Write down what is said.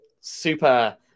super